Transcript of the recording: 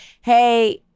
Hey